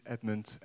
Edmund